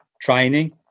training